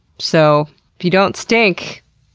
so if you don't stink,